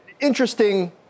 interesting